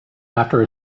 after